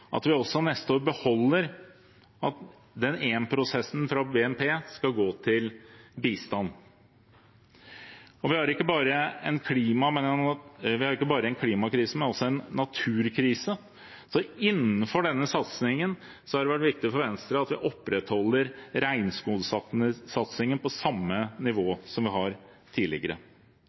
at vi også neste år holder fast ved at 1 pst. av BNP skal gå til bistand. Vi har ikke bare en klimakrise, vi har også en naturkrise, så innenfor denne satsingen har det vært viktig for Venstre at vi opprettholder regnskogsatsingen på samme nivå som vi har hatt tidligere.